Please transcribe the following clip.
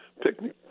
picnic